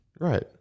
Right